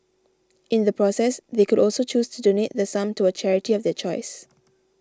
in the process they could also choose to donate the sum to a charity of their choice